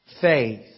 Faith